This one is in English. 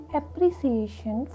appreciation